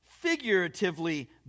figuratively